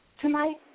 tonight